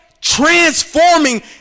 Transforming